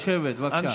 נא לשבת בבקשה.